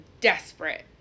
Desperate